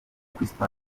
crystal